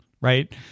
right